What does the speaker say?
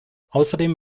außerdem